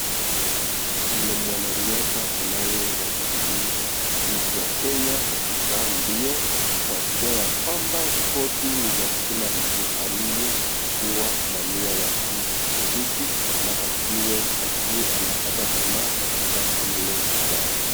Mwanariadha anayewakilisha nchi ya kenya, katika mbio kwashiria yakwamba spoti, ni za kila mtu aliyekuwa na nia ya kushiriki na asiwe anakata tamaa katika hilo jambo.